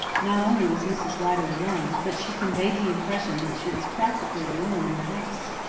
not only was mrs. rider alone, but she conveyed the impression that she was practically alone in the house.